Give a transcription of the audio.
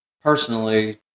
personally